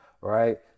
right